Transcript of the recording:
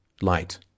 light